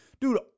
Dude